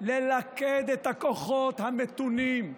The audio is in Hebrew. ללכד את הכוחות המתונים,